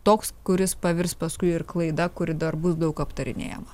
toks kuris pavirs paskui ir klaida kuri dar bus daug aptarinėjama